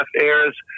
airs